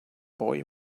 boy